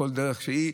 כל דרך שהיא.